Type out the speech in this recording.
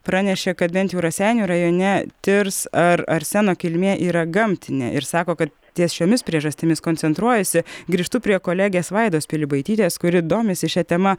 pranešė kad bent jau raseinių rajone tirs ar arseno kilmė yra gamtinė ir sako kad ties šiomis priežastimis koncentruojasi grįžtu prie kolegės vaidos pilibaitytės kuri domisi šia tema